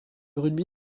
rugby